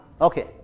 Okay